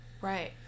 right